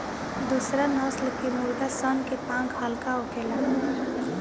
दुसरा नस्ल के मुर्गा सन के पांख हल्का होखेला